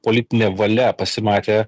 politinė valia pasimatė